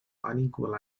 unequal